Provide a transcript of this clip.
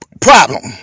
problem